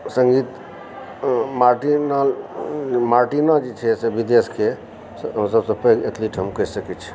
सङ्गीत Martina Martina जे छै से विदेशके से ओ सबसँ पैघ एथिलिट हम कहि सकै छी